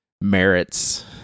merits